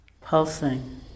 Pulsing